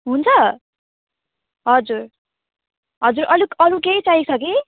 हुन्छ हजुर हजुर अलिक अरू केही चाहिएको छ कि